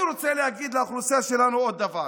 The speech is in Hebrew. אני רוצה להגיד לאוכלוסייה שלנו עוד דבר,